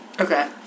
okay